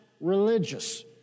religious